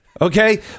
Okay